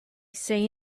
say